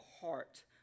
heart